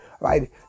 right